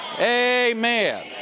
Amen